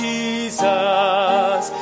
Jesus